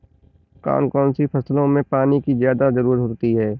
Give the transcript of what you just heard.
कौन कौन सी फसलों में पानी की ज्यादा ज़रुरत होती है?